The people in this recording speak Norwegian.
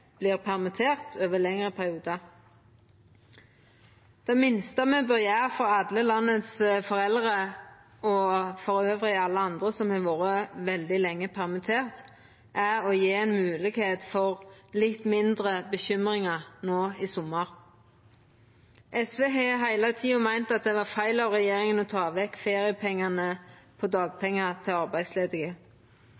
over lengre periodar. Det minste me bør gjera for alle landets foreldre og alle andre som har vore veldig lenge permitterte, er å gje ei mogelegheit for litt mindre uro no i sommar. SV har heile tida meint at det var feil av regjeringa å ta vekk feriepengane på